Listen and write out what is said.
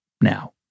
now